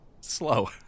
slow